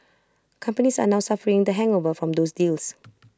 companies are now suffering the hangover from those deals